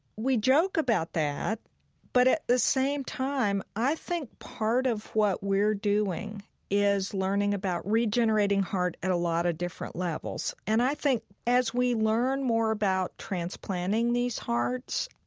we joke about that but at the same time, i think part of what we're doing is learning about regenerating heart at a lot of different levels. and i think as we learn more about transplanting these hearts,